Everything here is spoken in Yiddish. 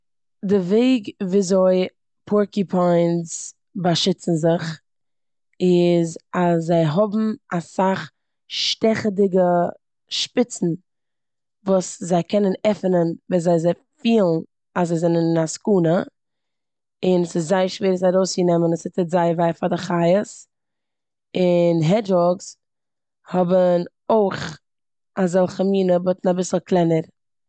די וועג וויאזוי פארקופיינס באשיצן זיך איז אז זיי האבן אסאך שטעכעדיגע שפיצן וואס זיי קענען עפן ווען זיי- זיי פילן אז זיי זענען אין א סכנה און ס'זייער שווער עס ארויסצונעמען און ס'טוט זייער וויי פאר די חיות. און העדשהאגס האבן אויך אזעלכע מינע באט אין אביסל קלענער.